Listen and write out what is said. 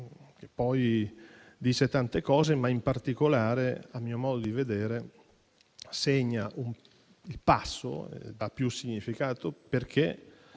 che poi dice tante cose. Ma in particolare - a mio modo di vedere - segna il passo ed ha più significato, perché